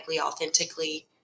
authentically